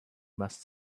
must